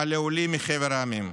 על העולים מחבר המדינות.